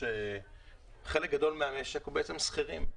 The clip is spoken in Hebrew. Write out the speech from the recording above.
חלק גדול מהמשק הוא בעצם שכירים,